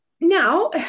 Now